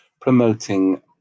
promoting